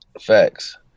Facts